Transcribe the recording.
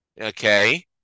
Okay